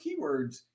keywords